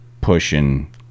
pushing